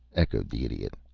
echoed the idiot.